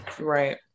Right